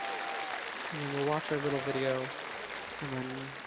and we'll watch our little video and then